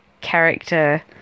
character